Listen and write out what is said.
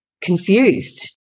confused